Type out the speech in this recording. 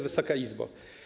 Wysoka Izbo!